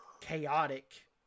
chaotic